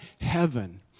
heaven